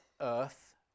earth